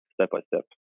step-by-step